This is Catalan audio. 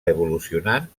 evolucionant